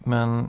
Men